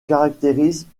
caractérisent